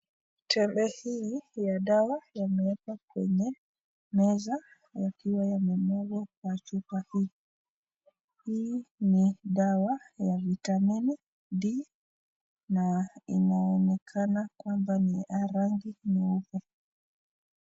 Tembe hii ya dawa yameekwa kwenye meza yakiwa yamemwagwa kwa chupa hii , hii ni dawa ya vitamini dii, na inaonekana kwamba ni ya rangi nyeupe.